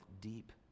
deep